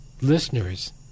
Listeners